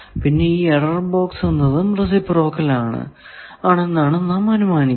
പിന്നെ ഈ error box എന്നതും റെസിപ്രോക്കൽ ആണെന്നാണ് നാം അനുമാനിക്കുന്നത്